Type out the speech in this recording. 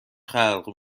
خلق